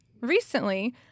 recently